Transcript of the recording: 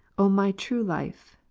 o my true life,